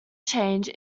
change